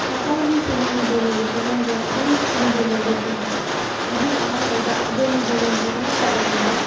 ꯁꯔꯀꯥꯔꯒꯤ ꯁ꯭ꯀꯨꯜꯗ midday ꯃꯤꯟꯒꯤ ꯐꯤꯕꯝꯁꯦ ꯑꯗꯨꯝ ꯃꯤꯠ ꯗꯦ ꯃꯤꯜꯁꯦ ꯄꯤ ꯄꯤꯕꯤ ꯑꯉꯥꯡꯈꯩꯗ ꯑꯗꯣ ꯃꯤꯠ ꯗꯦ ꯃꯤꯟ ꯄꯤꯕꯅ ꯁꯥꯇ꯭ꯔꯥꯁꯤꯡꯗ